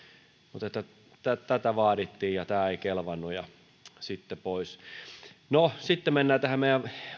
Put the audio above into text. mutta tätä vaadittiin ja tämä ei kelvannut ja sitten pois no sitten mennään tähän meidän